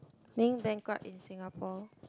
being bankrupt in Singapore